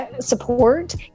support